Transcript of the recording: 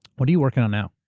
what are you working on now?